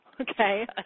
Okay